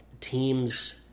team's